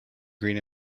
green